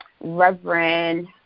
Reverend